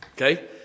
Okay